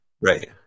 Right